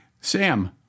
Sam